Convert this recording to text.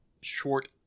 short